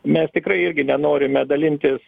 mes tikrai irgi nenorime dalintis